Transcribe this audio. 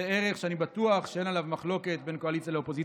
זה ערך שאני בטוח שאין עליו מחלוקת בין קואליציה לאופוזיציה.